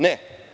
Ne.